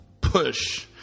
push